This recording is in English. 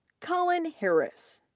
colin harris,